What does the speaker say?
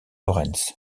lorentz